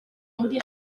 muri